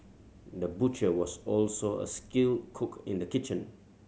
the butcher was also a skilled cook in the kitchen